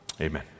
amen